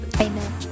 Amen